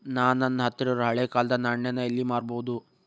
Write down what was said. ನಾ ನನ್ನ ಹತ್ರಿರೊ ಹಳೆ ಕಾಲದ್ ನಾಣ್ಯ ನ ಎಲ್ಲಿ ಮಾರ್ಬೊದು?